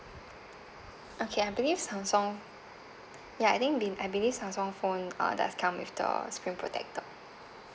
okay I believe Samsung ya I think be~ I believe Samsung phone uh does come with the screen protector